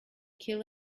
kill